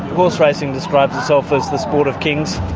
horse racing describes itself as the sport of kings,